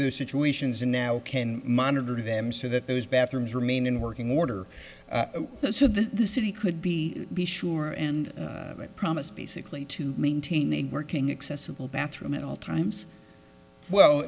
their situations and now can monitor them so that those bathrooms remain in working order so the city could be be sure and promise basically to maintain a working accessible bathroom at all times well